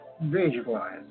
visualize